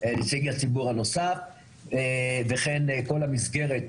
נציגי הציבור הנוסף וכן כל המסגרת,